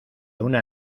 una